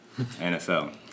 NFL